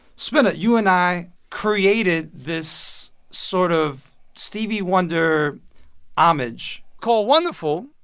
spinna, you and i created this sort of stevie wonder homage called wonder-full,